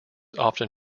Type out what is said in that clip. often